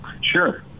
Sure